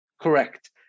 Correct